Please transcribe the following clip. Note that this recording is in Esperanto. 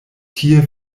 tie